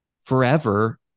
Forever